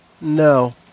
No